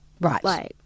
Right